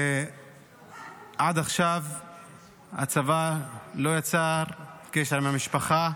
ועד עכשיו הצבא לא יצר קשר עם המשפחה,